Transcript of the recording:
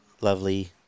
lovely